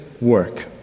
work